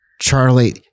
Charlie